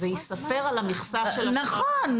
זה יספר על המכסה של --- נכון.